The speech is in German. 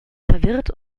verwirrt